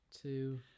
Two